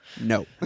No